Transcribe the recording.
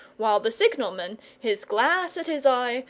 while the signalman, his glass at his eye,